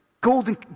golden